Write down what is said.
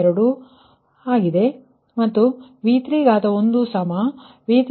01332 ಮತ್ತುV3V3∆V3 ಅದು 1